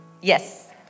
Yes